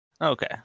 okay